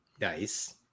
nice